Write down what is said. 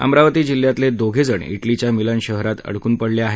अमरावती जिल्ह्यातले दोघे जण इटलीच्या मिलान शहरात अडकून पडले आहेत